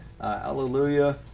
hallelujah